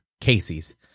Casey's